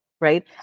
right